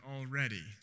already